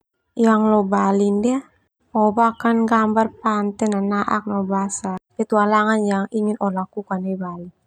Yang lo bali nia oh bakan gambar pantai, nanak no basa petualangan yang ingin oh lakukan nai Bali.